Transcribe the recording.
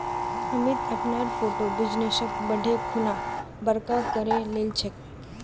अमित अपनार छोटो बिजनेसक बढ़ैं खुना बड़का करे लिलछेक